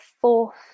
fourth